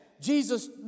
Jesus